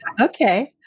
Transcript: Okay